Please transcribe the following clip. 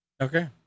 Okay